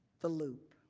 the loop.